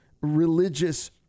religious